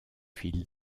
fil